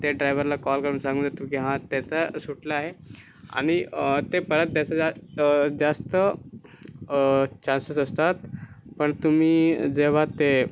ते ड्रायव्हरला कॉल करून सांगितलं की हां त्याचा सुटला आहे आणि ते परत द्यायचं झा जास्त चान्सेस असतात पण तुम्ही जेव्हा ते